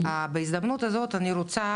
בהזדמנות הזאת אני רוצה,